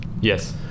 Yes